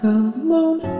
alone